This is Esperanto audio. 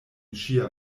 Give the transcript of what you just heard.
ŝia